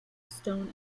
stone